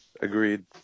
Agreed